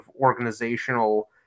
organizational